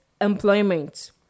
employment